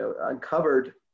uncovered